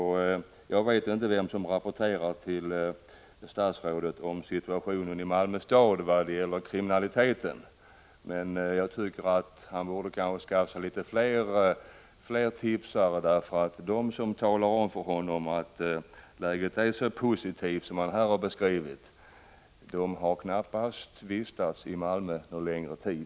Jag vet inte vem som rapporterar till statsrådet om situationen i Malmö kommun vad gäller kriminaliteten, men jag tycker att statsrådet borde skaffa sig litet fler tipsare. De som redovisar för honom att läget är så positivt som han har beskrivit det har knappast vistats i Malmö någon längre tid.